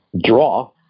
draw